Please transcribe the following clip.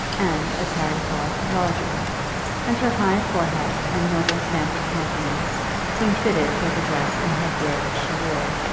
and, as harry thought, larger and her high forehead and noble stamp of countenance seemed fitted for the dress and headgear which she wore.